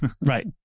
right